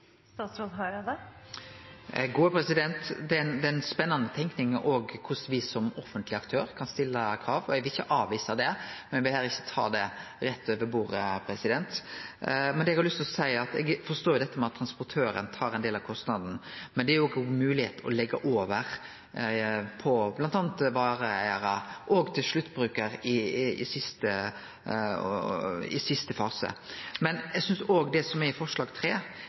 Det er ei spennande tenking korleis me som offentleg aktør kan stille krav. Eg vil ikkje avvise det, men eg vil heller ikkje ta det rett over bordet. Eg forstår dette med at transportøren tar ein del av kostnaden, men det er òg ei moglegheit å leggje over kostnaden på bl.a. vareeigarar og sluttbrukar i siste fase. Eg synest òg det som står i forslag